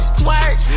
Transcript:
twerk